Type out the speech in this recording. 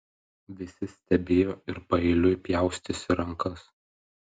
visi stebėjo ir paeiliui pjaustėsi rankas